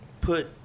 put